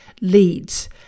leads